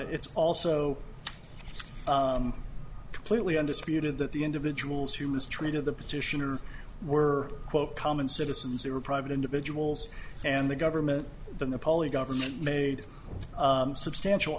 it's also completely undisputed that the individuals who mistreated the petitioner were quote common citizens they were private individuals and the government the nepali government made substantial